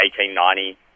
1890